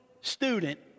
student